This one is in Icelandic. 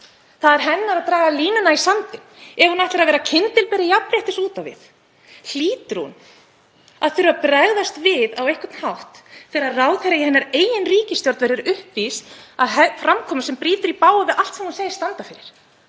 Það er hennar að draga línuna í sandinn. Ef hún ætlar að vera kyndilberi jafnréttis út á við hlýtur hún að þurfa að bregðast við á einhvern hátt þegar ráðherra í hennar eigin ríkisstjórn verður uppvís að framkomu sem brýtur í bága við allt sem hún segist standa fyrir,